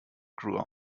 grew